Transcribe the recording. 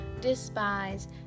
despise